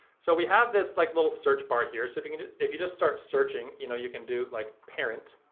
so we have this like little search bar here. so if i mean if you just start searching, you know you can do like parent.